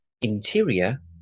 Interior